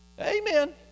amen